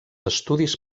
estudis